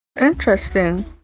Interesting